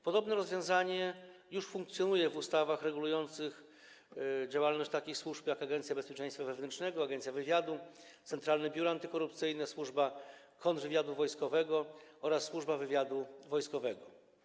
Podobne rozwiązanie już funkcjonuje w ustawach regulujących działalność takich służb jak Agencja Bezpieczeństwa Wewnętrznego, Agencja Wywiadu, Centralne Biuro Antykorupcyjne, Służba Kontrwywiadu Wojskowego oraz Służba Wywiadu Wojskowego.